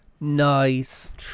Nice